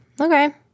Okay